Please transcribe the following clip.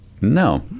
No